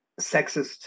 sexist